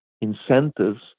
incentives